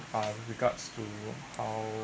uh regards to how